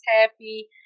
happy